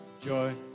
joy